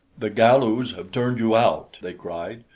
the galus have turned you out, they cried.